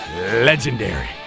legendary